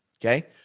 Okay